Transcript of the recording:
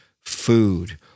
food